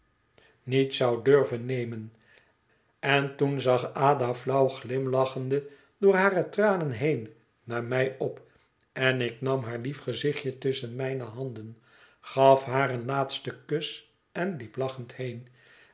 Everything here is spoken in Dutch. niet zou durven nemen en toen zag ada flauw glimlachende door hare tranen heen naar mij op en ik nam haar lief gezichtje tusschen mijne handen gaf haar een laatsten kus en liep lachend heen